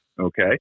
Okay